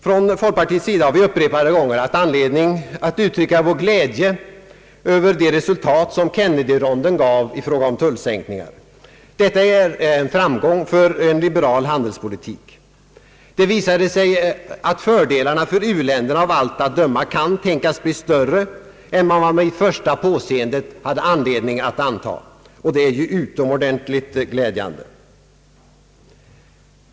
Från folkpartiets sida har vi upprepade gånger haft anledning att uttrycka vår glädje över de resultat som Kennedy-ronden gav i fråga om tullsänkningar. Detta är en framgång för en liberal handelspolitik. Det visade sig också att fördelarna för u-länderna av allt att döma kan tänkas bli större än man vid första påseendet hade anledning att anta, och det är utomordentligt glädjande.